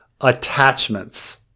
attachments